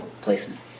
placement